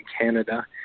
Canada